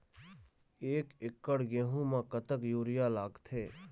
एक एकड़ गेहूं म कतक यूरिया लागथे?